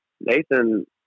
Nathan